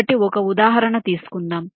కాబట్టి ఒక ఉదాహరణ తీసుకుందాం